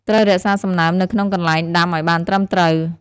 ត្រូវរក្សាសំណើមនៅក្នុងកន្លែងដាំឲ្យបានត្រឹមត្រូវ។